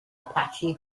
apache